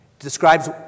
describes